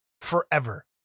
forever